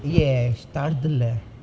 yes தறுதல:tharuthala